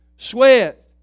Sweat